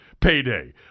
payday